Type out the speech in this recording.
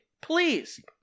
please